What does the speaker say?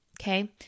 okay